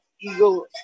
Eagle